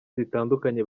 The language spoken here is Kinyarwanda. zitandukanye